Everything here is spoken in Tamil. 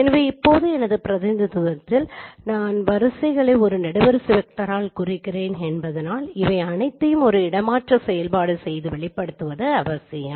எனவே இப்போது எனது பிரதிநிதித்துவத்தில் நான் வரிசைகளை ஒரு நெடுவரிசை வெக்டரால் குறிக்கிறேன் என்பதால் அவை அனைத்தையும் ஒரு இடமாற்ற செயல்பாடு செய்து வெளிப்படுத்துவது அவசியம்